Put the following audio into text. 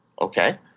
Okay